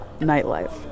nightlife